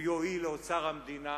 הוא יועיל לאוצר המדינה,